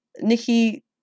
Nikki